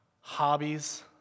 hobbies